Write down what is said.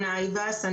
היבס.